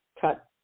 cut